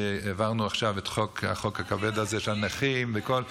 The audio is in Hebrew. שהעברנו עכשיו את החוק הכבד הזה של הנכים והכול.